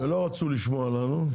ולא רצו לשמוע לנו,